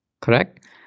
correct